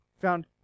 Found